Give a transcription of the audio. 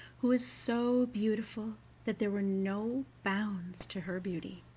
who was so beautiful that there were no bounds to her beauty.